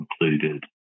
included